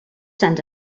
sants